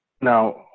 now